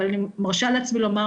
אבל אני מרשה לעצמי לומר,